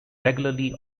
regularly